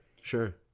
sure